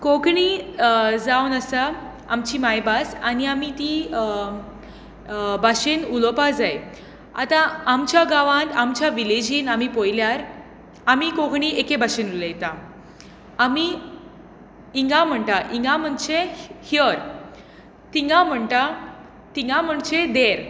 कोंकणी जावन आसा आमची मायभास आनी आमी ती भाशेंत उलोवपाक जाय आतां आमच्या गांवान आमच्या विलेजीन आमी पळयल्यार आमी कोंकणी एके भाशेन उलयता आमी इंगा म्हणटात इंगा म्हणचे हियर तिंगा म्हणटात तिंगा म्हणचे दॅर